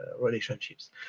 relationships